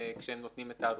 כשהם נותנים את ההדרכה?